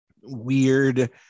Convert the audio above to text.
weird